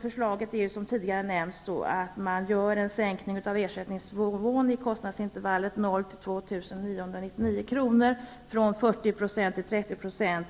Förslaget är, som tidigare nämnts, att man dels sänker ersättningsnivån i kostnadsintervallet 0-2 999 kr. från 40 till 30 %,